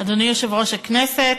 אדוני יושב-ראש הכנסת,